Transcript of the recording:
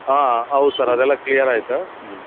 ಹಾಂ ಹೌದು ಸರ್ ಅದೆಲ್ಲ ಕ್ಲಿಯರ್ ಆಯ್ತು ಹ್ಞೂ